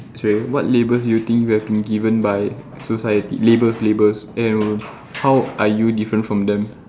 sorry what labels do you think you have been given by society labels labels and how are you different from them